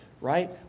right